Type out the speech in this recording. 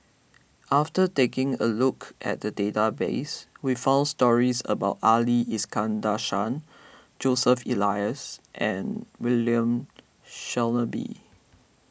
after taking a look at the database we found stories about Ali Iskandar Shah Joseph Elias and William Shellabear